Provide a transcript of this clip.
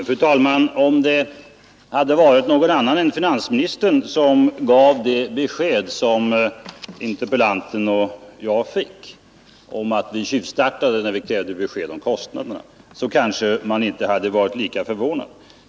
Fru talman! Om det hade varit någon annan än finansministern som gav det svar som interpellanten och jag fick — nämligen att vi tjuvstartade när vi krävde besked om kostnaderna — hade man kanske inte varit lika förvånad.